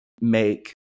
make